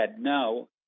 no